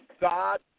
God